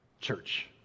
church